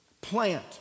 plant